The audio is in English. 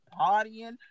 partying